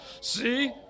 See